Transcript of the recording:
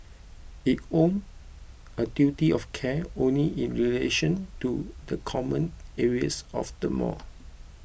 it owed a duty of care only in relation to the common areas of the mall